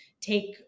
take